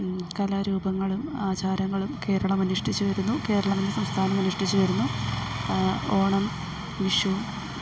കലാരൂപങ്ങളും ആചാരങ്ങളും കേരളമനുഷ്ഠിച്ചു വരുന്നു കേരളമെന്ന സംസ്ഥാനമനുഷ്ഠിച്ച് വരുന്നു ഓണം വിഷു